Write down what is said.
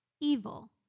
Evil